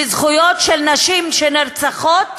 וזכויות של נשים שנרצחות